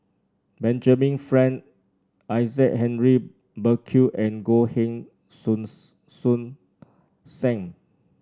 Benjamin Frank Isaac Henry Burkill and Goh Heng Soon Sam